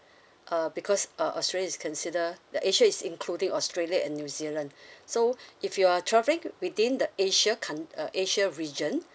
uh because uh australia is consider the asia is including australia and new zealand so if you are travelling within the asia count~ uh asia region